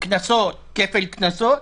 קנסות וכפל קנסות